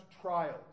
trials